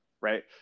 right